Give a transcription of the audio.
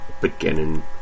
beginning